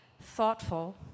thoughtful